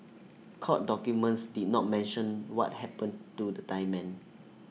court documents did not mention what happened to the Thai men